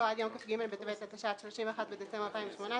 עד יום כ"ג בטבת התשע"ט (31 בדצמבר 2018)